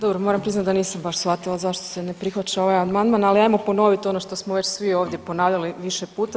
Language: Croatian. Dobro moram priznat da nisam baš shvatila zašto se ne prihvaća ovaj amandman, ali ajmo ponovit ono što smo već svi ovdje ponavljali više puta.